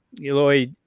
Eloy